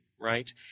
right